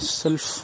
self